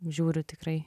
žiūriu tikrai